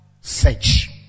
search